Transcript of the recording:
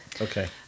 Okay